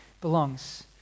belongs